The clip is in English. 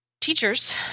teachers